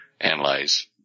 analyze